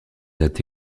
dates